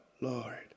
Lord